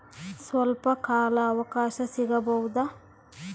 ಸ್ವಲ್ಪ ಕಾಲ ಅವಕಾಶ ಸಿಗಬಹುದಾ?